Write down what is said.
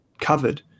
covered